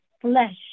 flesh